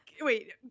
Wait